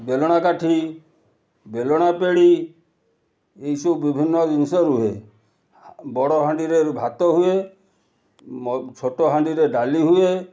ବେଲଣା କାଠି ବେଲଣା ପେଢି ଏଇସବୁ ବିଭିନ୍ନ ଜିନଷ ରୁହେ ହା ବଡ଼ ହାଣ୍ଡିରେ ଭାତ ହୁଏ ମ ଛୋଟ ହାଣ୍ଡିରେ ଡାଲି ହୁଏ